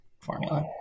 formula